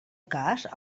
cas